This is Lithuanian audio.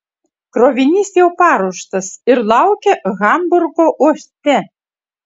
krovinys jau paruoštas ir laukia hamburgo uoste